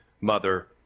mother